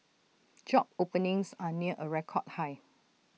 job openings are near A record high